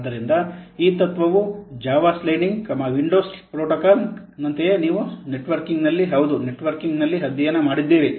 ಆದ್ದರಿಂದ ಈ ತತ್ವವು ಜಾವಾjava ಸ್ಲೈಡಿಂಗ್ ವಿಂಡೋ ಪ್ರೋಟೋಕಾಲ್ ನಂತೆಯೇ ನೀವು ನೆಟ್ವರ್ಕಿಂಗ್ ನಲ್ಲಿ ಹೌದು ನೆಟ್ವರ್ಕಿಂಗ್ ನಲ್ಲಿ ಅಧ್ಯಯನ ಮಾಡಿದ್ದೀರಿ